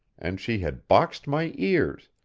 and she had boxed my ears,